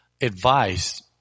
advice